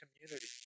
community